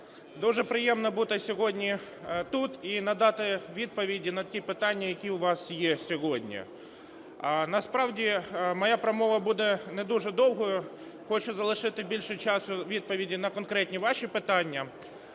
дуже приємно бути сьогодні тут і надати відповіді на ті питання, які у вас є сьогодні. Насправді моя промова буде не дуже довгою, хочу залишити більше часу для відповідей на конкретні ваші питання.